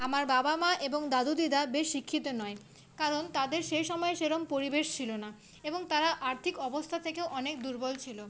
আমার বাবা মা এবং দাদু দিদা বেশ শিক্ষিত নয় কারণ তাদের সে সময়ে সেরকম পরিবেশ ছিল না এবং তারা আর্থিক অবস্থা থেকেও অনেক দুর্বল ছিল